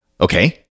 Okay